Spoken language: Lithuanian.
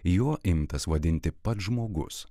juo imtas vadinti pats žmogus